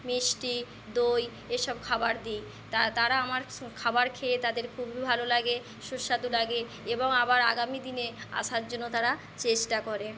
মিষ্টি দই এসব খাবার দিই তা তারা আমার খাবার খেয়ে তাদের খুবই ভালো লাগে সুস্বাদু লাগে এবং আবার আগামীদিনে আসার জন্য তারা চেষ্টা করে